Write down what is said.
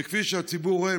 וכפי שהציבור רואה,